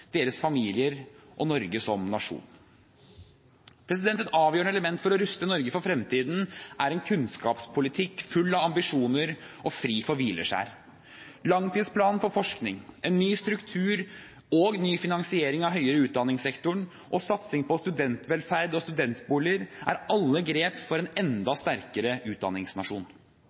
deres familier og Norge som nasjon. Et avgjørende element for å ruste Norge for fremtiden er en kunnskapspolitikk full av ambisjoner og fri for hvileskjær. Langtidsplanen for forskning, en ny struktur og ny finansiering av høyere utdanning-sektoren og satsing på studentvelferd og studentboliger er alle grep for en